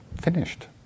finished